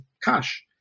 cash